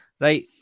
Right